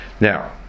Now